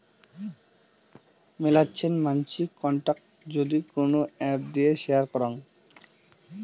মেলাছেন মানসি কন্টাক্ট যদি কোন এপ্ দিয়ে শেয়ার করাং